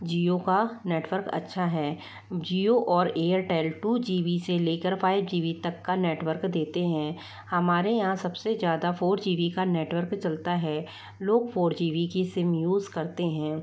जियो का नेटवर्क अच्छा है जियो और एयरटेल टू जी बी से ले कर फाइव जी बी तक का नेटवर्क देते हैं हमारे यहाँ सब से ज़्यादा फोर जी बी का नेटवर्क चलता है लोग फोर जी बी की सिम यूज़ करते हैं